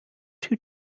two